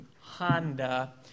Honda